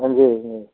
हाँ जी